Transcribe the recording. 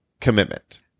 commitment